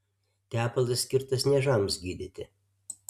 tepalas skirtas niežams gydyti